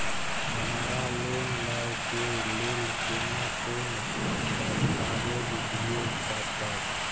हमरा लोन लय के लेल केना कोन दस्तावेज दिए परतै?